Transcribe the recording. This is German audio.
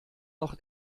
noch